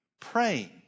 Praying